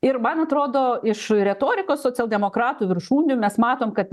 ir man atrodo iš retorikos socialdemokratų viršūnių mes matome kad